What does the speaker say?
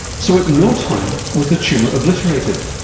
so at no time was the tumour obliterated.